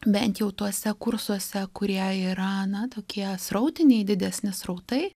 bent jau tuose kursuose kurie yra na tokie srautiniai didesni srautai